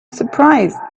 surprised